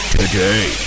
today